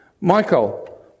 Michael